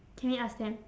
can we ask them